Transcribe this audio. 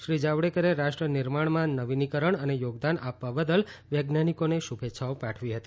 શ્રી જાવડેકરે રાષ્ટ્ર નિર્માણમાં નવીનીકરણ અને યોગદાન આપવા બદલ વેજ્ઞાનિકોને શુભેચ્છાઓ પાઠવી હતી